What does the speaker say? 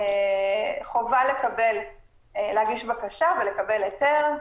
חובה להגיש בקשה ולקבל היתר.